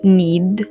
need